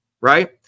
right